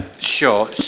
sure